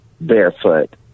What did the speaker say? barefoot